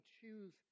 choose